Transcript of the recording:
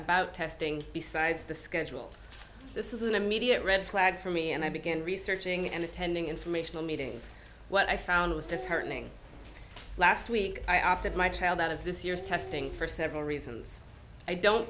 about testing besides the schedule this is an immediate red flag for me and i began researching and attending informational meetings what i found was disheartening last week i opted my child out of this year's testing for several reasons i don't